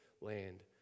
land